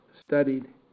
studied